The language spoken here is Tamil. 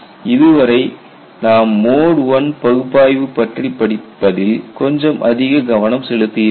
இதுவரை நாம் மோட் I பகுப்பாய்வு பற்றி படிப்பதில் கொஞ்சம் அதிக கவனம் செலுத்தி இருந்தோம்